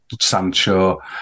Sancho